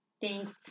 Thanks